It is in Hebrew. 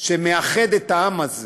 שמאחד את העם הזה